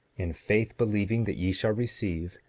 in faith believing that ye shall receive,